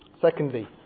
Secondly